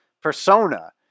persona